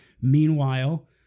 Meanwhile